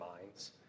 minds